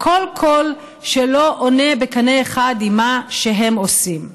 כל קול שלא עולה בקנה אחד עם מה שהם עושים.